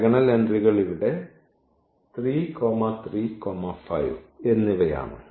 diagonal എൻട്രികൾ ഇവിടെ 3 3 5 എന്നിവയാണ്